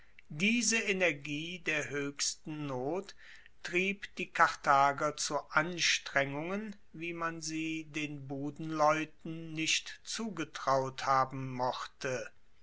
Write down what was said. diese energie der hoechsten not trieb die karthager zu anstrengungen wie man sie den budenleuten nicht zugetraut haben mochte